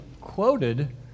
quoted